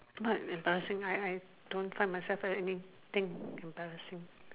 part and passing I don't find myself anything embarrassing